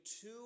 two